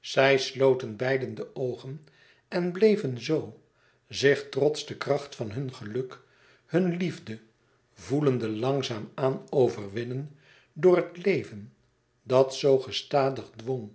zij sloten beiden de oogen en bleven zoo zich trots de kracht van hun geluk hunne liefde voelende langzaam-aan overwinnen door het leven dat zoo gestadig dwong